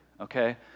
Okay